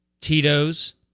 Tito's